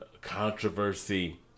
Controversy